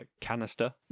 Canister